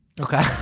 Okay